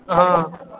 हँ